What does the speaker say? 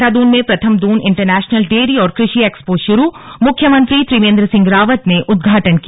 देहरादून में प्रथम Doon international dairy और कृषि एक्सपो शुरूमुख्यमंत्री त्रिवेंद्र सिंह रावत ने उद्घाटन किया